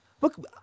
Look